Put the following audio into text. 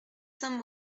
saint